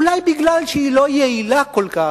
אולי מפני שהיא לא יעילה כל כך,